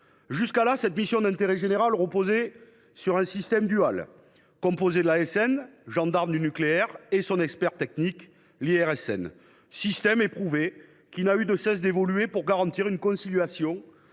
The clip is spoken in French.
Jusqu’alors, cette mission d’intérêt général reposait sur un système dual, composé de l’ASN, gendarme du nucléaire, et de son expert technique, l’IRSN. Ce système éprouvé n’a cessé d’évoluer pour garantir la conciliation